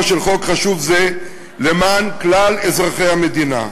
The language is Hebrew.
של חוק חשוב זה למען כלל אזרחי המדינה.